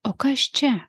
o kas čia